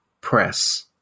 press